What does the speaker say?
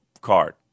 card